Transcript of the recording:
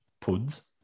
puds